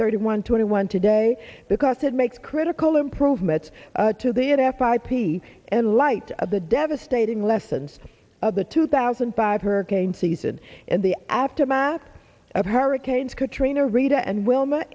thirty one twenty one today because it makes critical improvements to the in f i p and light of the devastating lessons of the two thousand and five hurricane season and the aftermath of hurricanes katrina rita and wilma